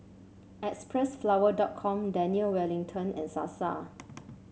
Xpressflower dot com Daniel Wellington and Sasa